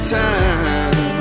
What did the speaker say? time